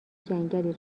جنگلی